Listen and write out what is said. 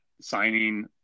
signing